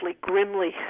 grimly